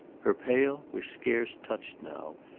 her pail was scarce touched now,